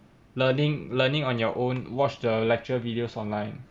learning learning on your own watch the lecture videos online